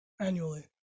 annually